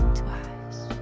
twice